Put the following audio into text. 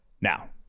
Now